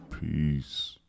Peace